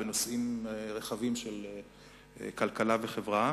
נושאים רחבים של כלכלה וחברה.